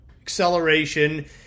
acceleration